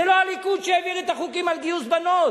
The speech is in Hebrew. זה לא הליכוד שהעביר את החוקים על גיוס בנות